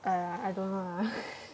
!aiya! I don't know lah